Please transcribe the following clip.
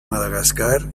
madagascar